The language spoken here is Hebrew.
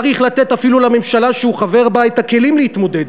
צריך לתת אפילו לממשלה שהוא חבר בה את הכלים להתמודד.